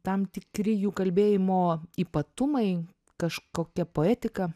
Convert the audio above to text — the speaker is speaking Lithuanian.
tam tikri jų kalbėjimo ypatumai kažkokia poetika